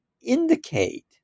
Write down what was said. indicate